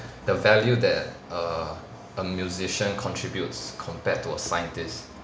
the value that err a musician contributes compared to a scientist